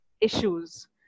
issues